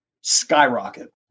skyrocket